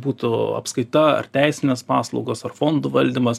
būtų apskaita ar teisinės paslaugos ar fondų valdymas